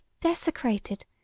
desecrated